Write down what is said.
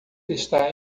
está